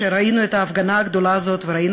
אחרי שראינו את ההפגנה הגדולה הזאת וראינו